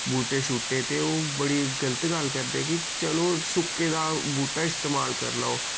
बूह्टे शूह्टे ते ओह् बड़ी गल्त गल्ल करदे कि चलो सुक्के दा बूह्टा इस्तेमाल कर लाओ